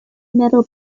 metal